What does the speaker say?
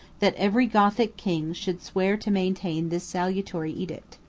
that every gothic king should swear to maintain this salutary edict.